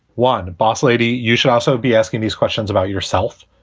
one, boss lady, you should also be asking these questions about yourself.